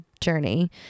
journey